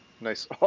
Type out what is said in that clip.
Nice